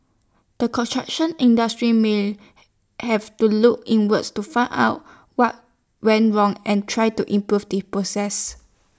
the construction industry may have to look inwards to find out what went wrong and try to improve the process